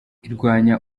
irwanya